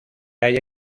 haya